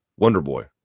Wonderboy